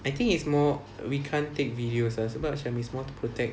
I think it's more we can't take videos ah sebab macam it's more to protect